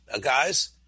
guys